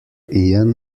ian